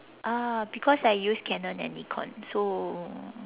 uh because I use Canon and Nikon so